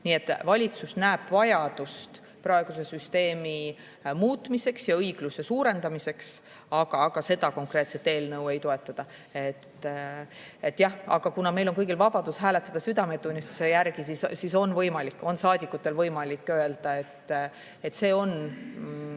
Nii et valitsus näeb vajadust praeguse süsteemi muutmiseks ja õigluse suurendamiseks, aga seda konkreetset eelnõu ei toetata. Aga kuna meil on kõigil vabadus hääletada südametunnistuse järgi, siis on saadikutel võimalik öelda, et see on